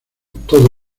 todo